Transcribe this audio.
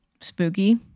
spooky